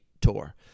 Tour